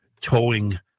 towing